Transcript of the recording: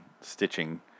stitching